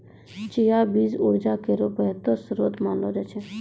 चिया बीज उर्जा केरो बेहतर श्रोत मानलो जाय छै